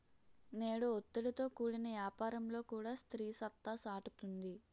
నేడు ఒత్తిడితో కూడిన యాపారంలో కూడా స్త్రీ సత్తా సాటుతుంది